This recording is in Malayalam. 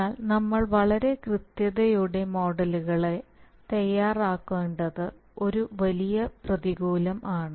എന്നാൽ നമ്മൾ വളരെ കൃത്യതയോടെ മോഡലുകളെ തയ്യാറാക്കേണ്ടത് ഒരു വലിയ പ്രതികൂല്യം ആണ്